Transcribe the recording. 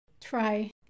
try